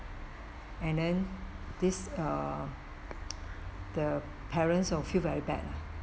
and then this uh the parent will feel very bad